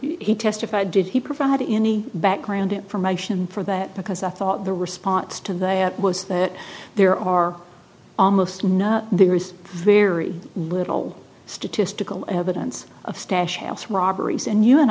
he testified did he provide any background information for that because i thought the response to that was that there are almost no there is very little statistical evidence of stash house robberies and you and